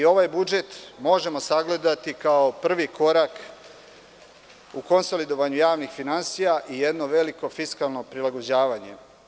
Ovaj budžet možemo sagledati kao prvi korak u konsolidovanju javnih finansija i jedno veliko fiskalno prilagođavanje.